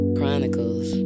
Chronicles